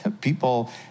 people